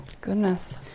Goodness